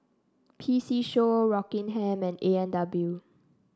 P C Show Rockingham and A and W